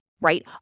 right